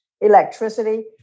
electricity